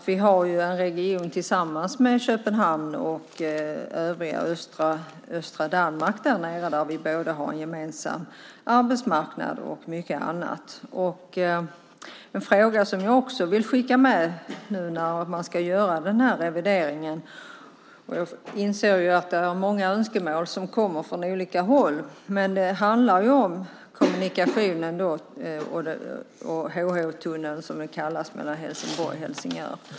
Vi har en region tillsammans med Köpenhamn och övriga östra Danmark där vi har en gemensam arbetsmarknad. Det gäller också mycket annat. En fråga som jag med tanke på den revidering som ska göras också vill skicka med - jag inser att många önskemål kommer från olika håll - är den om kommunikationerna och den så kallade HH-tunneln mellan Helsingborg och Helsingör.